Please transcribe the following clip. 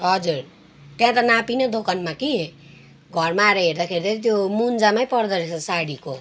हजुर त्यहाँ त नापिनँ दोकानमा कि घरमा आएर हेर्दाखेरि चाहिँ त्यो मुजामै पर्दोरहेछ साडीको